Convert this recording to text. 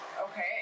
Okay